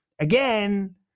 again